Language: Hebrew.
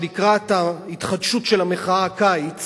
שלקראת ההתחדשות של המחאה הקיץ